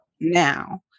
now